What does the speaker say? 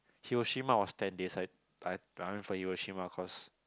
Hiroshima was ten days I I I went for Hiroshima cause